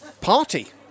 party